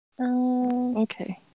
Okay